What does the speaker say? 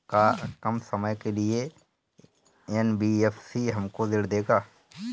का कम समय के लिए एन.बी.एफ.सी हमको ऋण देगा?